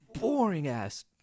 boring-ass